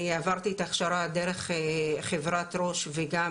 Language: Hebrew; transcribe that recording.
אני עברתי את ההכשרה דרך חברת "ראש" וגם